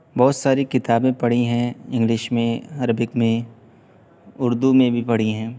بہت ساری کتابیں پڑھی ہیں انگلش میں عربک میں اردو میں بھی پڑھی ہیں